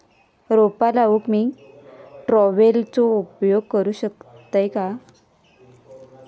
रोपा लाऊक मी ट्रावेलचो उपयोग करू शकतय काय?